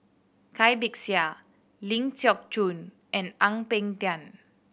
Cai Bixia Ling Geok Choon and Ang Peng Tiam